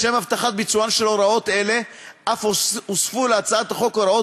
לשם הבטחת ביצוען של הוראות אלה אף הוספו להצעת החוק הוראות